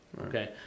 okay